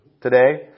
today